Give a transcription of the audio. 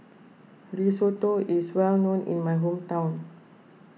Risotto is well known in my hometown